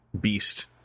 beast